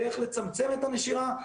איך לצמצם את הנשירה,